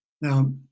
Now